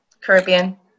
Caribbean